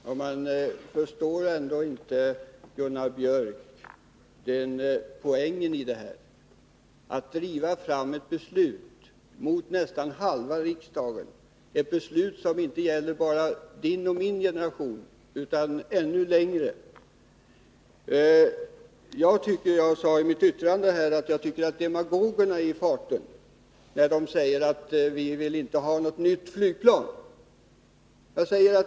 Fru talman! Förstår inte Gunnar Björk i Gävle poängen i detta? Att driva fram ett beslut mot nästan halva riksdagen, ett beslut som inte bara gäller vår generation utan går ännu längre! Jag sade i mitt yttrande här att demagogerna är i farten när de säger att vi inte vill ha ett nytt flygplan.